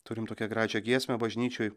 turim tokią gražią giesmę bažnyčioj